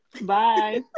Bye